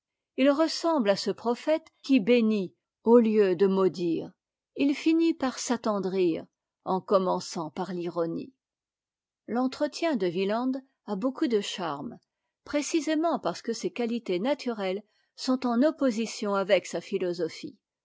il ressemble à ce prophète qui bénit au lieu de maudire il finit par s'attendrir en commençant par l'ironie l'entretien de wieland a beaucoup de charme précisément parce que ses qualités naturelles sont en opposition avec sa philosophie